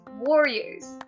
warriors